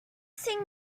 sing